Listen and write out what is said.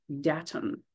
datum